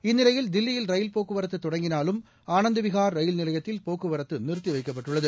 இந்நிலையில் தில்லியில் ரயில் போக்குவரத்ததொடங்கினாலும் ஆனந்தவிகார் ரயில் நிலையத்தில் போக்குவரத்துநிறுத்திவைக்கப்பட்டுள்ளது